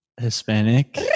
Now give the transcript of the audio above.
Hispanic